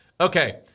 Okay